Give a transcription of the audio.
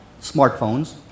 smartphones